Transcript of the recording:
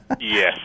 Yes